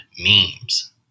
memes